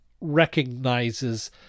recognizes